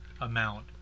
amount